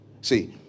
See